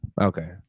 okay